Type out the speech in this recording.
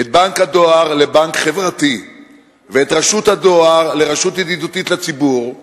את בנק הדואר לבנק חברתי ואת רשות הדואר לרשות ידידותית לציבור,